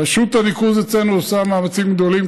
רשות הניקוז אצלנו עושה מאמצים גדולים,